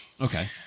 Okay